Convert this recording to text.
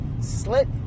Slit